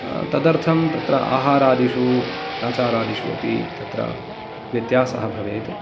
तदर्थं तत्र आहारादिषु आचारदिषु अपि तत्र व्यत्यासः भवेत्